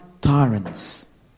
tyrants